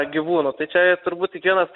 gyvūnu tai čia turbūt kiekvienas